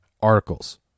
articles